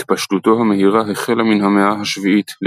התפשטותו המהירה החלה מן המאה השביעית,